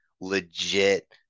legit